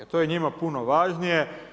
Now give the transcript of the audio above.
To je njima puno važnije.